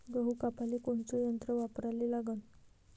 गहू कापाले कोनचं यंत्र वापराले लागन?